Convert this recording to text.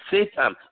Satan